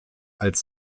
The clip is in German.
als